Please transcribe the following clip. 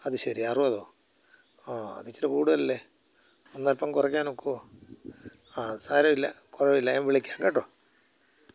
അതുശരി അറുപതോ ആ അതിച്ചിരി കൂടുതലൽ അല്ലേ ഒന്ന് അല്പം കുറയ്ക്കാൻ ഒക്കുമോ ആ അത് സാരമില്ല കുറവില്ല ഞാൻ വിളിക്കാം കേട്ടോ